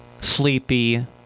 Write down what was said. sleepy